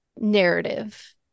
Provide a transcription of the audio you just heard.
narrative